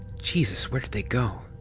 jesus, where did they go?